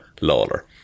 Lawler